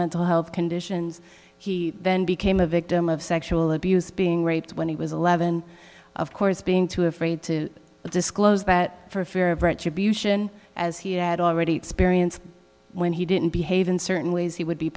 mental health conditions he then became a victim of sexual abuse being raped when he was eleven of course being too afraid to disclose that for fear of retribution as he had already experienced when he didn't behave in certain ways he would be